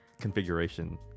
configuration